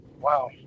wow